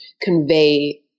convey